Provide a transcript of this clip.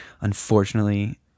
unfortunately